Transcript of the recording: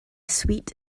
sweet